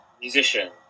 musician